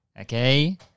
Okay